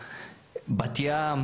בבת ים